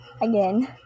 again